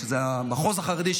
שזה המחוז החרדי,